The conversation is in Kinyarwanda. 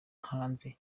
hanze